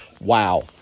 Wow